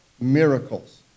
miracles